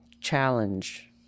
challenge